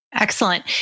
Excellent